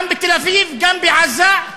גם בתל-אביב, גם בעזה,